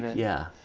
yeah,